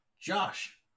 Josh